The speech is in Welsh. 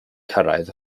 cyrraedd